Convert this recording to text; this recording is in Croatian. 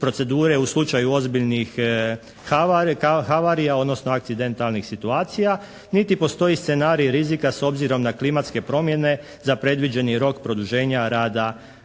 u slučaju ozbiljnih havarija odnosno akcidentalnih situacija, niti postoji scenarij rizika s obzirom na klimatske promjene za predviđeni rok produženja rada